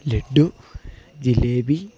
laddu jalebi